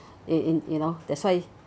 in in you know that's why